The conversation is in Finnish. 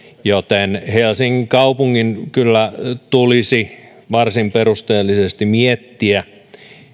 joten helsingin kaupungin kyllä tulisi varsin perusteellisesti miettiä